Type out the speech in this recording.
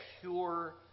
pure